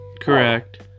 Correct